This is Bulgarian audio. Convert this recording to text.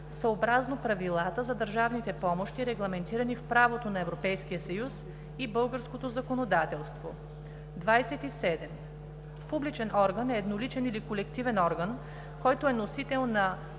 съобразно правилата за държавните помощи, регламентирани в правото на Европейския съюз и българското законодателство. 27. „Публичен орган“ е eдноличен или колегиален орган, който е носител на